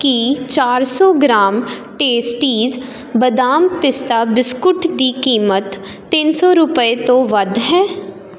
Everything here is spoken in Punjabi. ਕੀ ਚਾਰ ਸੋ ਗ੍ਰਾਮ ਟੇਸਟਿਜ਼ ਬਦਾਮ ਪਿਸਤਾ ਬਿਸਕੁਟ ਦੀ ਕੀਮਤ ਤਿੰਨ ਸੋ ਰੁਪਏ ਤੋਂ ਵੱਧ ਹੈ